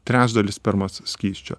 trečdalį spermos skysčio